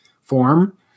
form